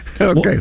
Okay